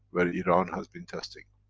where iran has been testing.